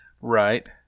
Right